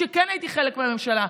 כשכן הייתי חלק מהממשלה.